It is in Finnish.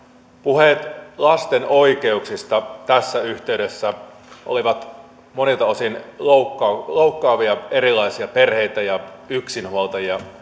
puheet lasten oikeuksista tässä yhteydessä olivat monilta osin loukkaavia loukkaavia erilaisia perheitä ja yksinhuoltajia